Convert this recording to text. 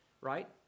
right